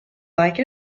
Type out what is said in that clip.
like